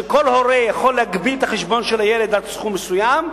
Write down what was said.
שכל הורה יכול להגביל את החשבון של הילד עד סכום מסוים,